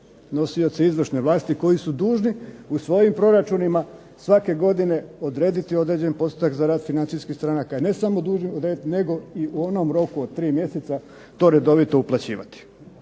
nosioce izvršne vlasti koji su dužni u svojim proračunima svake godine odrediti određeni postotak za rad financijskih stranka ne samo dužim od 9 nego i u onom roku od 3 mjeseca to redovito uplaćivati.